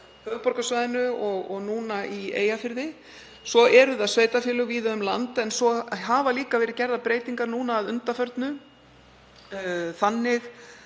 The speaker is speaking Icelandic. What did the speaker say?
og núna í Eyjafirði. Svo eru það sveitarfélög víða um land. En svo hafa líka verið gerðar breytingar að undanförnu þannig